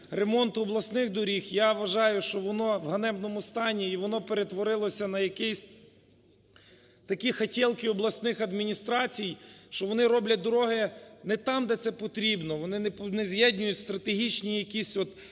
ремонту обласних доріг, я вважаю, що воно у ганебному стані і воно перетворилося на якісь такі "хотєлки" обласних адміністрацій, що вони роблять дороги не там, де це потрібно, вони не з'єднують стратегічні якісь